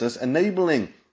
enabling